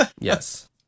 Yes